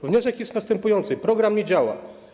Wniosek jest następujący: program nie działa.